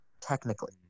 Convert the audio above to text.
technically